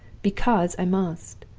because i must.